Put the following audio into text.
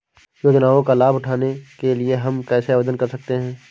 योजनाओं का लाभ उठाने के लिए हम कैसे आवेदन कर सकते हैं?